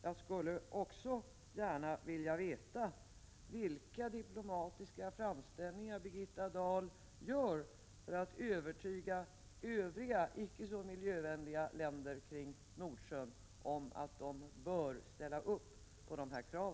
Jag skulle också gärna vilja veta vilka diplomatiska framställningar Birgitta Dahl gör för att övertyga övriga icke så miljövänliga länder kring Nordsjön om att de bör ställa upp på dessa krav.